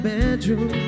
bedroom